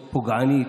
מאוד פוגענית,